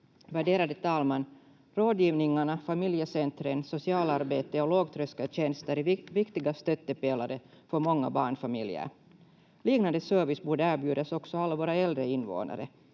Värderade talman! Rådgivningarna, familjecentren, socialarbete och lågtröskeltjänster är viktiga stöttepelare för många barnfamiljer. Liknande service borde erbjudas också alla våra äldre invånare.